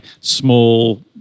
small